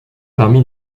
parmi